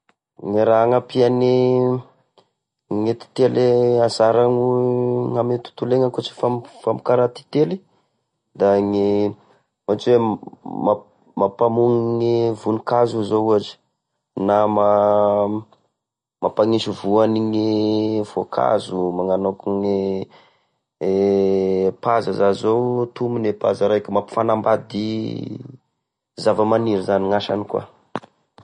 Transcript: E raha agnampiane gne titely e anzara ame tontolo iainany akoatra e famo- famokara titely da gne, ohatra hoe: mampa- mampamogny gne vonikazo na ma- mampagnisy voa an'igny voankazo, magnano akone e paza za zao, tognony e paza raika, mampifanambady zava-maniry zany gn'asany koa.